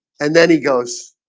and then he goes,